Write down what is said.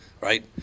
right